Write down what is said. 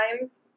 times